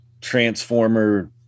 Transformer